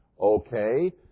Okay